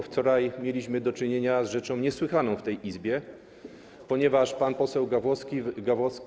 Wczoraj mieliśmy do czynienia z rzeczą niesłychaną w tej Izbie, ponieważ pan poseł Gawłowski... Gawkowski.